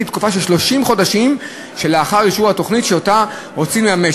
לתקופה של 30 החודשים שלאחר אישור התוכנית שאותה רוצים לממש.